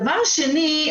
דבר שני,